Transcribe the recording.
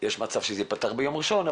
יש מצב שזה יפתח ביום ראשון,